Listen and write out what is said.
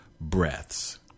breaths